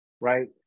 right